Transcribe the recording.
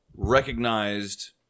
recognized